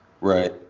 right